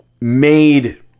made